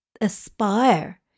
aspire